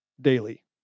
Daily